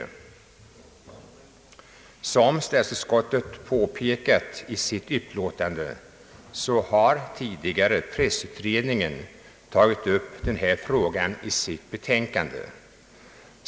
Som statsutskottet påpekat i sitt utlåtande har pressutredningen tidigare tagit upp denna fråga i sitt betänkande.